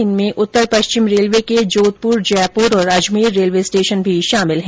इसमें उत्तर पश्चिम रेलवे के जोधपुर जयपुर और अजमेर रेलवे स्टेशन शामिल है